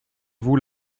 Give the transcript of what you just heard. vous